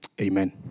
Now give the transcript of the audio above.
amen